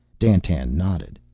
dandtan nodded.